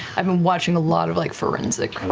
i've been watching a lot of like forensic